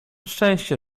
szczęście